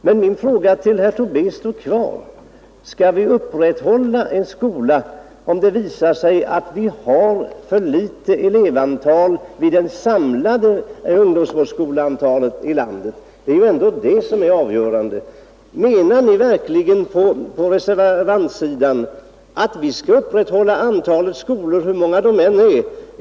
Men min fråga till herr Tobé står kvar: Skall vi upprätthålla en skola om det visar sig att vi har ett för litet elevantal totalt vid ungdomsvårdsskolorna i landet? Det är ju ändå det som är avgörande. Menar reservanterna verkligen att vi skall upprätthålla antalet skolor hur många de än är?